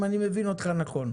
זה אם אני מבין אותך נכון.